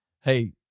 Hey